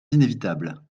inévitables